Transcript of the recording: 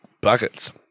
buckets